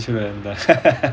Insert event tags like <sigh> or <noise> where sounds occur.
<laughs>